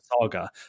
saga